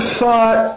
thought